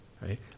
Right